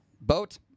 boat